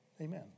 Amen